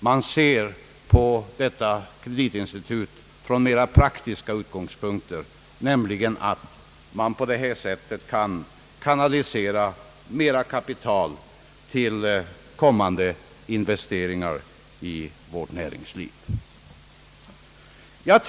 Man ser på detta kreditinstitut från mera praktiska utgångspunkter, nämligen så att man på detta sätt kan kanalisera mera kapital till kommande investeringar i vårt näringsliv.